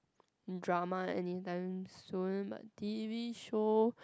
drama any time soon but t_v show